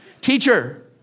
Teacher